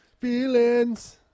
Feelings